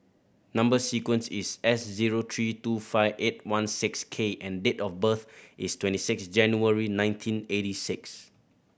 number sequence is S zero three two five eight one six K and date of birth is twenty six January nineteen eighty six